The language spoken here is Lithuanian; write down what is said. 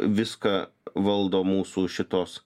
viską valdo mūsų šitos